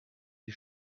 die